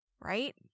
Right